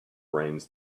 brains